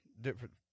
different